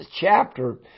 chapter